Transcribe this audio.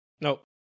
nope